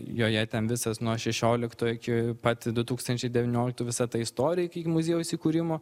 joje ten visas nuo šešiolikto iki pat du tūkstančiai devynioliktų visą tą istoriją iki muziejaus įkūrimo